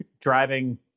driving